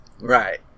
Right